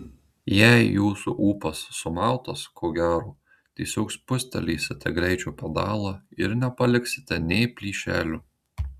jei jūsų ūpas sumautas ko gero tiesiog spustelėsite greičio pedalą ir nepaliksite nė plyšelio